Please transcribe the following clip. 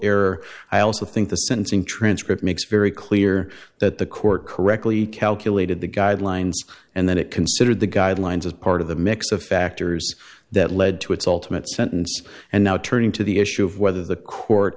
error i also think the sentencing transcript makes very clear that the court correctly calculated the guidelines and that it considered the guidelines as part of the mix of factors that led to its ultimate sentence and now turning to the issue of whether the court